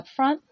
upfront